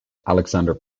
alexander